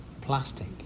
plastic